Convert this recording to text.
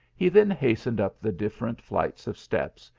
he then hastened up the different flights of steps,